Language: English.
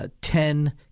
Ten